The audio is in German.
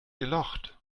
gelocht